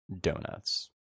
donuts